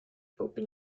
open